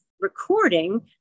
recording